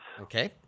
Okay